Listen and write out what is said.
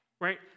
Right